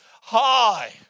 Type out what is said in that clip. High